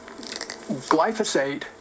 glyphosate